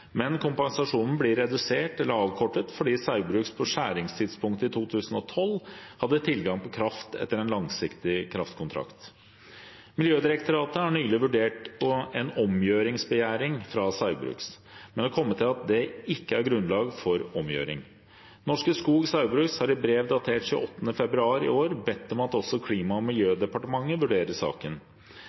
men kompensasjonen blir redusert eller avkortet fordi Saugbrugs på skjæringstidspunktet i 2012 hadde tilgang på kraft etter en langsiktig kraftkontrakt. Miljødirektoratet har nylig vurdert en omgjøringsbegjæring fra Saugbrugs, men har kommet til at det ikke er grunnlag for omgjøring. Norske Skog Saugbrugs har i brev datert 28. februar i år bedt om at også Klima- og miljødepartementet vurderer saken.